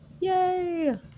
Yay